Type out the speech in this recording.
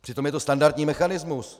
Přitom je to standardní mechanismus.